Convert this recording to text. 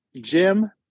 Jim